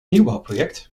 nieuwbouwproject